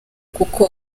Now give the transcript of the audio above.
kuko